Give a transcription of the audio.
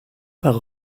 par